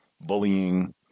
bullying